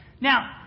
Now